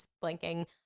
blinking